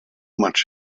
much